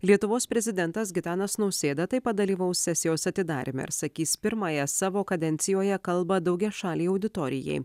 lietuvos prezidentas gitanas nausėda taip pat dalyvaus sesijos atidaryme ir sakys pirmąją savo kadencijoje kalbą daugiašalei auditorijai